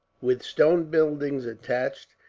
with stone buildings attached.